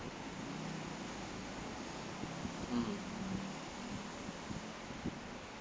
mmhmm